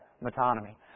metonymy